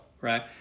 right